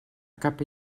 cap